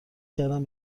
کردم